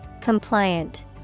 Compliant